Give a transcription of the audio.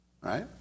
right